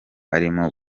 arimo